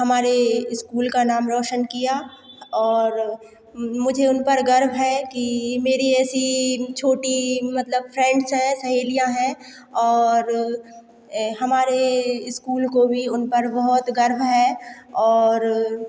हमारे स्कूल का नाम रौशन किया और मुझे उन पर गर्व है कि मेरी ऐसी छोटी मतलब फ्रेंड्स हैं सहेलियाँ हैं और ये हमारे स्कूल को भी उन पर बहुत गर्व है और